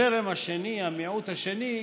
הזרם השני, המיעוט השני,